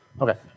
Okay